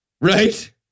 right